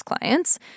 clients